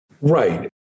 Right